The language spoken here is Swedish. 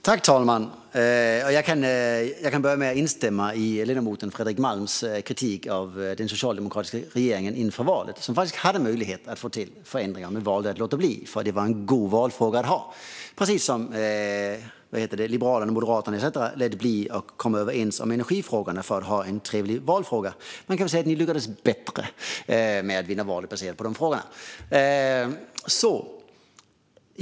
Fru talman! Jag kan börja med att instämma i ledamoten Fredrik Malms kritik av den socialdemokratiska regeringen, som inför valet faktiskt hade möjlighet att få till förändringar men valde att låta bli eftersom det var en god valfråga att ha - precis som Liberalerna, Moderaterna med flera lät bli att komma överens om energifrågorna för att ha en trevlig valfråga. Man kan säga att ni lyckades bättre med att vinna valet på de frågorna.